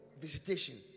visitation